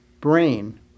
brain